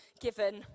given